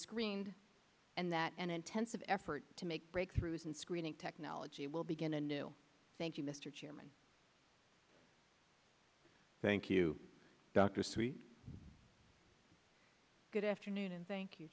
screened and that an intensive effort to make breakthroughs in screening technology will begin anew thank you mr chairman thank you dr sweet good afternoon and thank you